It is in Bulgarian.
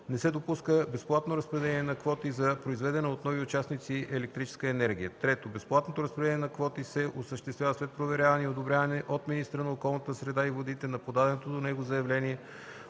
Не се допуска безплатно разпределение на квоти за произведена от нови участници електрическа енергия. (3) Безплатното разпределение на квоти се осъществява след проверяване и одобряване от министъра на околната среда и водите на подаденото до него заявление